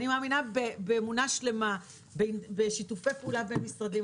אני מאמינה באמונה שלמה בשיתופי פעולה בין-משרדיים,